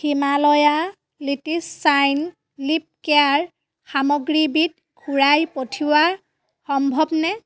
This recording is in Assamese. হিমালয়া লিটিছ চাইন লিপ কেয়াৰ সামগ্ৰীবিধ ঘূৰাই পঠিওৱা সম্ভৱ নে